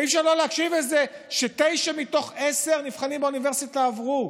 אי-אפשר לא להקשיב לזה שתשעה מתוך עשרה נבחנים באוניברסיטה עברו.